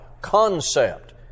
concept